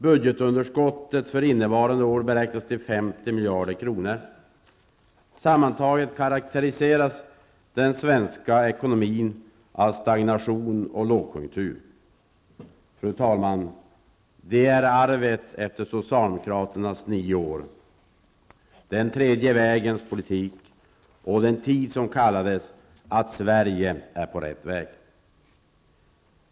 Budgetunderskottet för innevarande år beräknas till 50 miljarder kronor. Sammantaget karakteriseras den svenska ekonomin av stagnation och lågkonjunktur. Det är arvet efter socialdemokraternas nio år, ''den tredje vägens politik'' och den tid som kallades att ''Sverige är på rätt väg''.